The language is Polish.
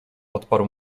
odparł